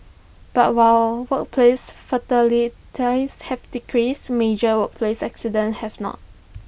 but while workplace fatalities have decreased major workplace accidents have not